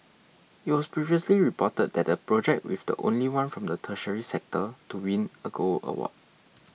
it was previously reported that the project with the only one from the tertiary sector to win a gold award